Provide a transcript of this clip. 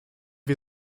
wir